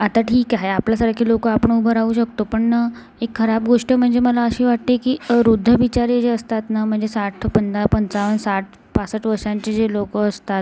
आता ठीक आहे आपल्यासारखे लोक आपण उभं राहू शकतो पण एक खराब गोष्ट म्हणजे मला अशी वाटते की वृद्ध बिचारे जे असतात ना म्हणजे साठ पन्नास पंचावन्न साठ पासष्ट वर्षांचे जे लोक असतात